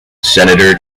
senator